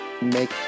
make